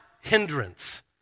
hindrance